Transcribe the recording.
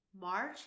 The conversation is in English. March